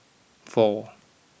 four